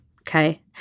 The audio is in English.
Okay